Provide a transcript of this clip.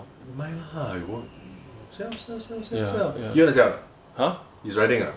你卖 lah it won't sell sell sell sell sell eh err Jiang he's riding ah